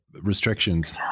restrictions